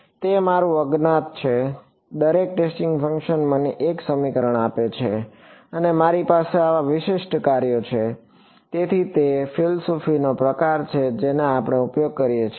તે મારું અજ્ઞાત છે દરેક ટેસ્ટિંગ ફંક્શન મને એક સમીકરણ આપે છે અને મારી પાસે આવા વિશિષ્ટ કાર્યો છે તેથી તે તે ફિલસૂફીનો પ્રકાર છે જેનો આપણે ઉપયોગ કરીએ છીએ